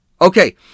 Okay